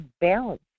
balance